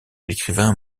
l’écrivain